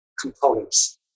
components